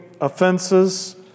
offenses